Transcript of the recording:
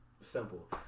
Simple